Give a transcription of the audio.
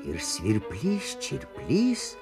ir svirplys čirplys